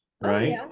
right